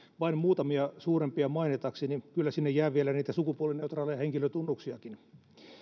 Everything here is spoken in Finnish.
vain muutamia suurempia mainitakseni kyllä sinne jää vielä niitä sukupuolineutraaleja henkilötunnuksiakin